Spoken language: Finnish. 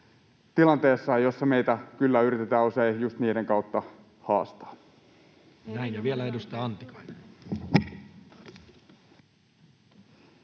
tilanteessa, jossa meitä kyllä yritetään usein just niiden kautta haastaa.